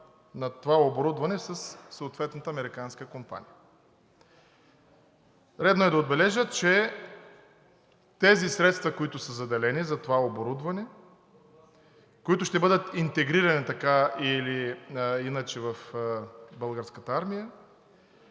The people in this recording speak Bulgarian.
на това оборудване със съответната американска компания. Редно е да отбележа, че тези средства, които са заделени за това оборудване, които ще бъдат интегрирани така или иначе в Българската армия,